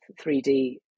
3D